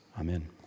Amen